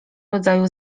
rodzaju